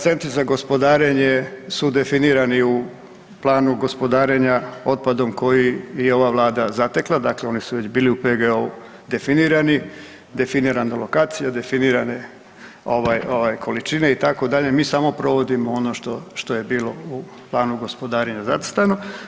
Centri za gospodarenje su definirani u planu gospodarenja otpadom koji je ova Vlada zatekla, dakle oni su već bili u PGO-u definirani, definirane lokacije, definirane ovaj, ovaj, količine, itd., mi samo provodimo ono što je bilo u planu gospodarenja zacrtano.